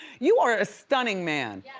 you are a stunning man.